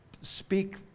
speak